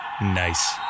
Nice